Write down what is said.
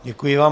Děkuji vám.